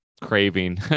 craving